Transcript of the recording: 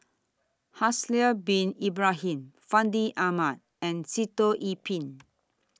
Haslir Bin Ibrahim Fandi Ahmad and Sitoh Yih Pin